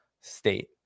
state